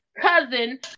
cousin